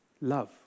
Love